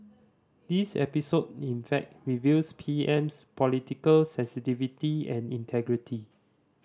this episode in fact reveals P M's political sensitivity and integrity